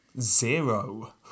Zero